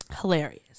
hilarious